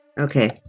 Okay